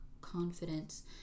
confidence